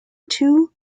two